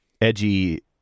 edgy